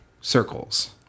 circles